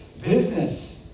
business